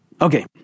Okay